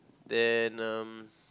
then um